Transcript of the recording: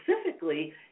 specifically